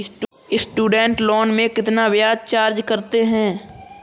Student loan में कितना ब्याज चार्ज करते हैं?